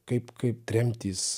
kaip kaip tremtys